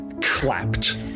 clapped